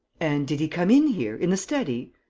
and did he come in here, in the study?